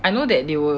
I know that they will